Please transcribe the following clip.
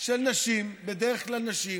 של נשים, בדרך כלל נשים,